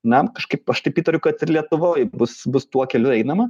na kažkaip aš taip įtariu kad ir lietuvoj bus bus tuo keliu einama